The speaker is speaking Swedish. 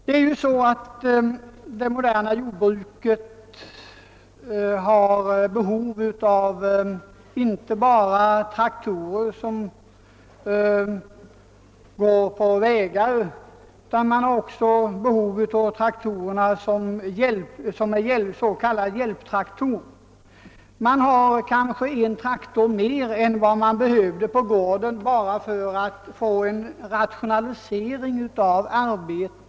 Det moderna jordbruket har ju behov av inte bara traktorer som går på vägar utan också s.k. hjälptraktorer — man har kanske en traktor mer än vad man egentligen skulle behöva bara för att få en rationalisering av arbetet.